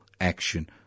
action